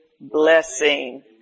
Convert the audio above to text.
blessing